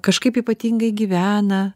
kažkaip ypatingai gyvena